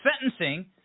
sentencing